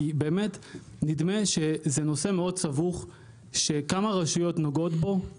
כי באמת נדמה שזה נושא מאוד סבוך שכמה רשויות נוגעות בו,